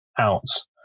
ounce